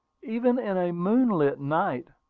even in a moonlight night,